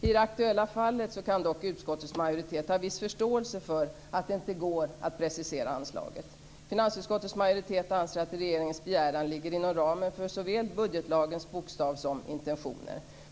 I det aktuella fallet kan dock utskottets majoritet ha viss förståelse för att det inte går att precisera anslaget. Finansutskottets majoritet anser att regeringens begäran ligger inom ramen för såväl budgetlagens bokstav som dess intentioner.